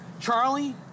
Charlie